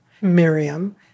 Miriam